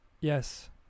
Yes